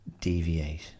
deviate